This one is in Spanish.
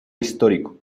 histórico